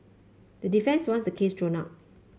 the defence wants the case thrown out